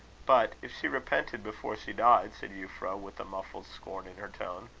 but if she repented before she died? said euphra, with a muffled scorn in her tone.